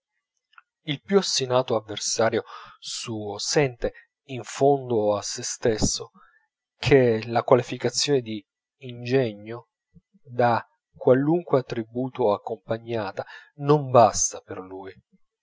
il più ostinato avversario suo sente in fondo a sè stesso chè la qualificazione di ingegno da qualunque attributo accompagnata non basta per lui